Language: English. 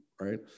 right